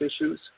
issues